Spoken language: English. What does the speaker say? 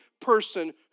person